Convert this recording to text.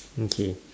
okay